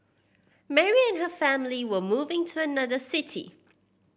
Mary and her family were moving to another city